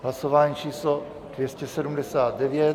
Hlasování číslo 279.